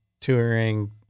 touring